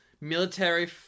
military